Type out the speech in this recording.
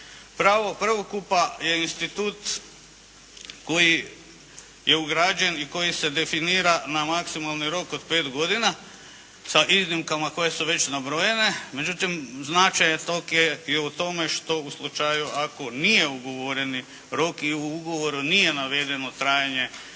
Pravo prvokupa je institut koji je ugrađen i koji se definira na maksimalni rok od pet godina sa iznimkama koje su već nabrojene međutim, značaj toga je i u tome što u slučaju ako nije ugovoreni rok i u ugovoru nije navedeno trajanje